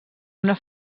una